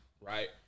right